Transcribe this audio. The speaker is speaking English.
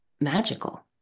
magical